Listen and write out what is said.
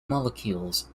molecules